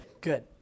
Good